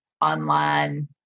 online